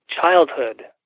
childhood